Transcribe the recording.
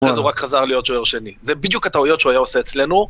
אז הוא רק חזר להיות שוער שני, זה בדיוק הטעויות שהוא היה עושה אצלנו